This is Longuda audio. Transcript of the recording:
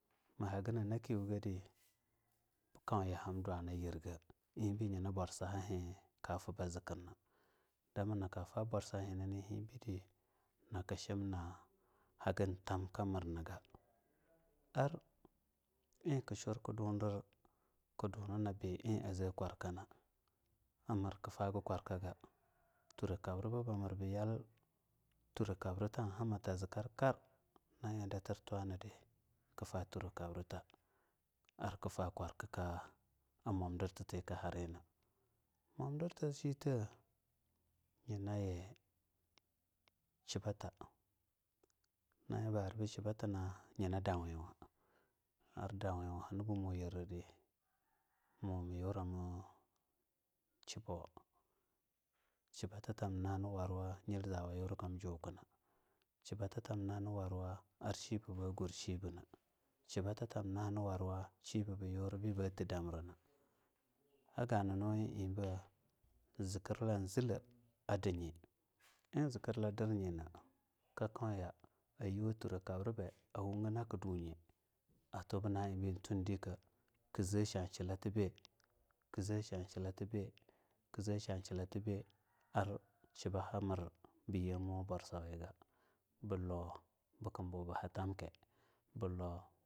Ma haga na nakiwu gadi kauya ham dwa nayirga hibi yina borsaha hi ka fuba a suna dimnaka fa borsahabidi na shim na hagen tamka mirniga ar iz ka shur ku dudir kutuna bi iz a zee kwarkana armir kufaga kwarkaga turakabribaba mir bu yal tura kabrita hamata zee karkar na ie a datir twanidi kufa tu ra kabrita arkufa kwar kaka mwomdirtati kaha rina mwomdirta shite nyina shibata na ie ba arbu shibatina nyina dawinwa ar dawinwa hani buh yirade mayu rama shibo shibatimna yina warwu mil zawa a yuri kam juka shibatatamna nyina hani warwa shiba ba gur yibna shibatitamna yina hani warwa shibe batir damrina agananu ie be zikirla zila adinye iz zikirla dirnyi na kakauya a yuwa turkab ribe a wugu naa dunye a tubu naiebe in twa indinke kuzee shashilata be ku zee shanshilata be kuzee shashilata be ar shibaha mir biyema borsawiga bu lou bikumbu baha tamke bu lou.